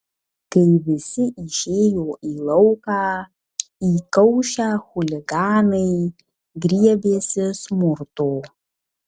kai visi išėjo į lauką įkaušę chuliganai griebėsi smurto